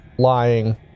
lying